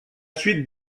suite